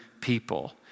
people